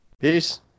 Peace